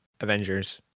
Avengers